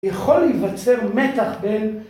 יכול להיווצר מתח בין